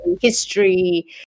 history